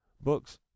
Books